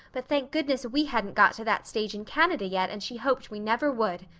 but thank goodness we hadn't got to that stage in canada yet and she hoped we never would.